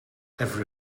every